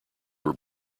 were